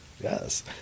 yes